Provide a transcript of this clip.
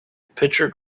pitcher